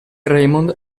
raymond